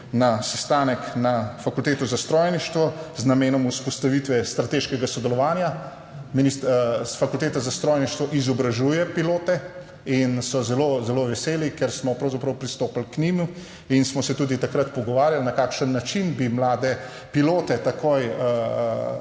na sestanek na Fakulteto za strojništvo z namenom vzpostavitve strateškega sodelovanja. Fakulteta za strojništvo izobražuje pilote in so zelo, zelo veseli, ker smo pravzaprav pristopili k njim in smo se tudi takrat pogovarjali, na kakšen način bi mlade pilote takoj,